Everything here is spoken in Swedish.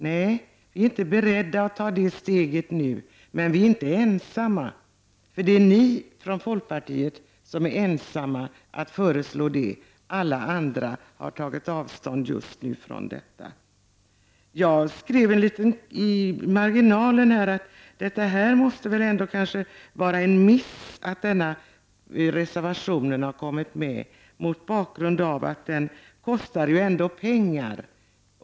Nej, vi är inte beredda att ta det steget nu, och det är vi inte ensamma om. Det är bara ni i folkpartiet som föreslår denna förlängning. Alla andra partier tar avstånd från den. Jag skrev i marginalen att det måste vara en miss att denna reservation kom med mot bakgrund av att förslagets genomförande ändå kostar pengar.